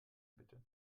bitte